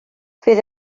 fydd